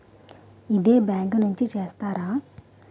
ఇదే బ్యాంక్ నుంచి చేస్తారా?